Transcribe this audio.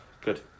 Good